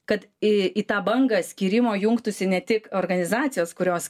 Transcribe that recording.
kad į tą bangą skyrimo jungtųsi ne tik organizacijos kurios